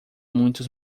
muitos